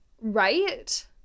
Right